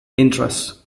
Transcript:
interests